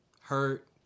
hurt